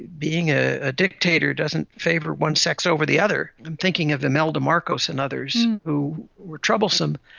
being a ah dictator doesn't favour one sex over the other, and thinking of imelda marcos and others who were troublesome.